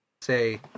say